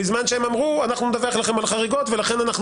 בזמן שהם אמרו: אנחנו נדווח לכם על חריגות ולכן אנחנו